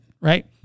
right